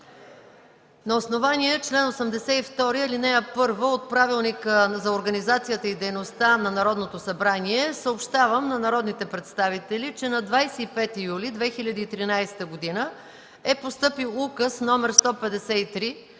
На основание чл. 82, ал. 1 от Правилника за организацията и дейността на Народното събрание съобщавам на народните представители, че на 25 юли 2013 г. е постъпил Указ № 153